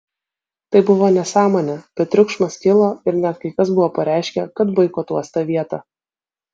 tai buvo nesąmonė bet triukšmas kilo ir net kai kas buvo pareiškę kad boikotuos tą vietą